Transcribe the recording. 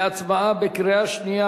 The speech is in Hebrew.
להצבעה בקריאה שנייה,